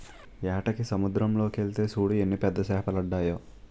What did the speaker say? ఏటకి సముద్దరం లోకెల్తే సూడు ఎన్ని పెద్ద సేపలడ్డాయో